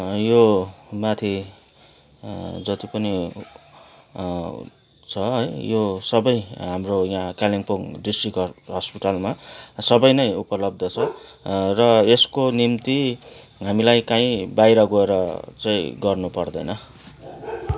यो माथि जति पनि छ है यो सबै हाम्रो यहाँ कालिम्पोङ डिस्ट्रिक्ट ह हस्पिटलमा सबै नै उपलब्ध छ र यसको निम्ति हामीलाई कहीँ बाहिर गएर चाहिँ गर्नु पर्दैन